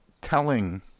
telling